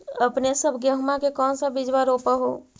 अपने सब गेहुमा के कौन सा बिजबा रोप हू?